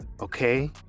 Okay